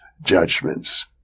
judgments